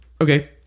Okay